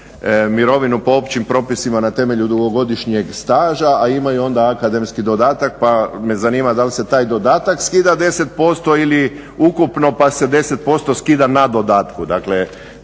mirovinu po općim propisima na temelju dugogodišnjeg staža a imaju onda akademski dodatak, pa me zanima da li se taj dodatak skida deset posto ili ukupno, pa se deset posto skida na dodatku. Dakle,